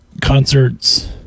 concerts